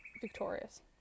Victorious